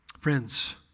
Friends